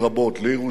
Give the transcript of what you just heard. לירושלים,